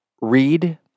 read